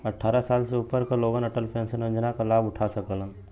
अट्ठारह साल से ऊपर क लोग अटल पेंशन योजना क लाभ उठा सकलन